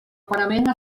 parament